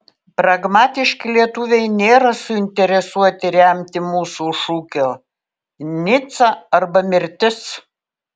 pragmatiški lietuviai nėra suinteresuoti remti mūsų šūkio nica arba mirtis